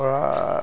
কৰা